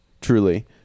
Truly